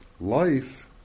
life